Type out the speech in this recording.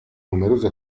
numerose